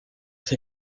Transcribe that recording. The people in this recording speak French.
ces